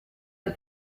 the